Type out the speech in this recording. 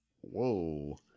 whoa